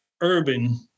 urban